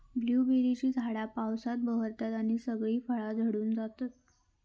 ब्लूबेरीची झाडा पावसात बहरतत आणि सगळी फळा झडून जातत